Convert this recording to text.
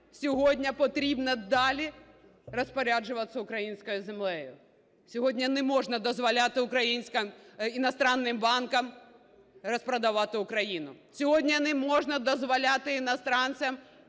сьогодні потрібно далі розпоряджатися українською землею. Сьогодні не можна дозволяти іностранним банкам розпродавати Україну, сьогодні не можна дозволяти іностранцям